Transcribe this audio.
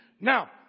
Now